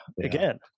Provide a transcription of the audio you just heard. again